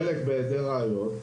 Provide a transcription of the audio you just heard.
חלק בהיעדר ראיות,